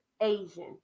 Asian